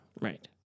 Right